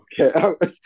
Okay